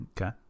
Okay